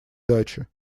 дачи